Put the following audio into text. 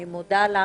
אני מודה לך.